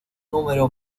número